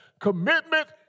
Commitment